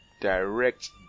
direct